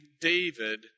David